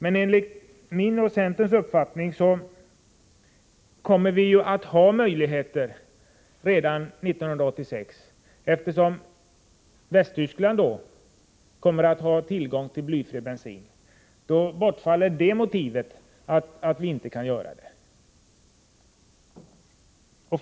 Enligt min och centerns uppfattning kommer vi emellertid redan 1986 att kunna få tillgång till blyfri bensin, eftersom Västtyskland då inför blyfri bensin. Då bortfaller detta motiv.